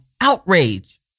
outrage